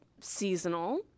seasonal